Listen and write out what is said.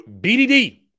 BDD